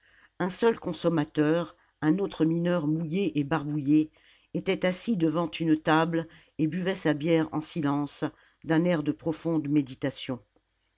un seul consommateur un autre mineur mouillé et barbouillé était assis devant une table et buvait sa bière en silence d'un air de profonde méditation